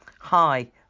hi